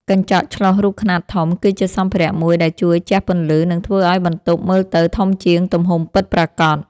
កញ្ចក់ឆ្លុះរូបខ្នាតធំ គឺជាសម្ភារៈមួយដែលជួយជះពន្លឺ និងធ្វើឱ្យបន្ទប់មើលទៅធំជាងទំហំពិតប្រាកដ។